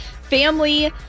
family